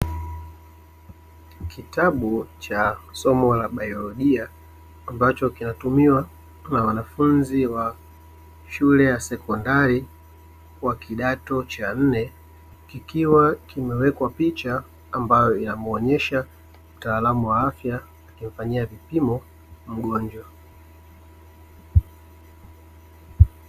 Kitabu cha somo la baiologia ambacho kinatumiwa na wanafunzi wa shule ya sekondari wa kidato cha nne, kikiwa kimewekwa picha ambayo inamuonyesha mtaalamu wa afya akimfanyia vipimo mgonjwa.